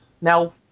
Now